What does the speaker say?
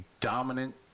dominant